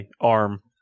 arm